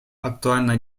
актуально